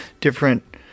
different